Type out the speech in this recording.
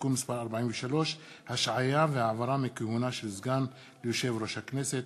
(תיקון מס' 43) (השעיה והעברה מכהונה של סגן ליושב-ראש הכנסת),